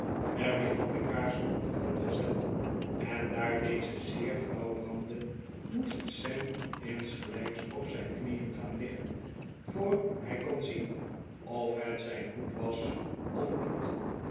mary had de kaars op den grond gezet en daar deze zeer flauw brandde moest sam insgelijks op zijn knieen gaan liggen voor hij kon zien of het zijn hoed was of niet